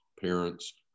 parents